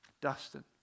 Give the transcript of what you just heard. Dustin